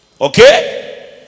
Okay